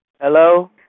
Hello